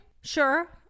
sure